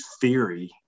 theory